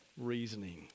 reasoning